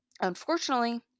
Unfortunately